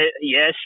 yes